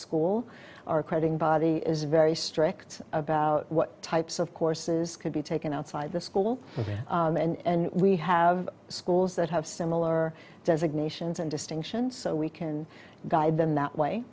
school are creating body is very strict about what types of courses could be taken outside the school and we have schools that have similar designations and distinctions so we can guide them that way